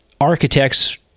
architects